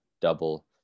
double